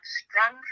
strong